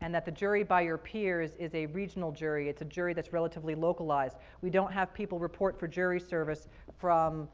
and that the jury by your peers is a regional jury. it's a jury that's relatively localized. we don't have people report for jury service from